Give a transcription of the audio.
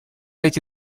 эти